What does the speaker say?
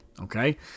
Okay